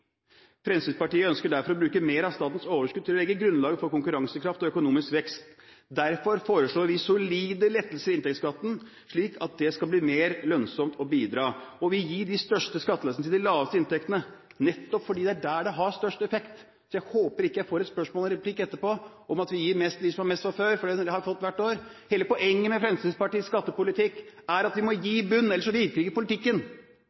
Fremskrittspartiet ønsker derfor å bruke mer av statens overskudd til å legge grunnlaget for konkurransekraft og økonomisk vekst. Derfor foreslår vi solide lettelser i inntektsskatten, slik at det skal bli mer lønnsomt å bidra, og vi gir de største skattelettelsene til dem som har de laveste inntektene, nettopp fordi det er der de har størst effekt. Jeg håper ikke jeg får et spørsmål i en replikk etterpå som går på at vi gir mest til dem som har mest fra før, for det har jeg fått hvert år. Hele poenget med Fremskrittspartiets skattepolitikk er at vi må gi i bunnen, ellers virker ikke politikken.